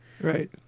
right